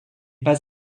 pas